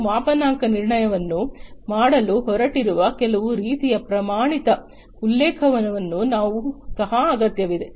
ಮತ್ತು ಮಾಪನಾಂಕ ನಿರ್ಣಯವನ್ನು ಮಾಡಲು ಹೊರಟಿರುವ ಕೆಲವು ರೀತಿಯ ಪ್ರಮಾಣಿತ ಉಲ್ಲೇಖವನ್ನು ಸಹ ಅಗತ್ಯವಿದೆ